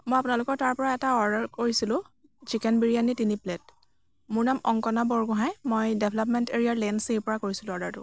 মই আপোনালোকৰ তাৰপৰা এটা অৰ্ডাৰ কৰিছিলোঁ চিকেন বিৰিয়ানি তিনি প্লেট মোৰ নাম অংকনা বৰগোহাঁই মই ডেভলপমেণ্ট এৰিয়াৰ লেণ্ড চিৰপৰা কৰিছিলোঁ অৰ্ডাৰটো